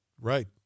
Right